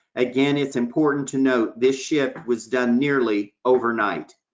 again, it's important to note this shift was done nearly overnight.